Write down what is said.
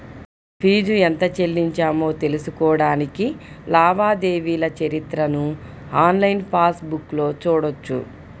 fee ఎంత చెల్లించామో తెలుసుకోడానికి లావాదేవీల చరిత్రను ఆన్లైన్ పాస్ బుక్లో చూడొచ్చు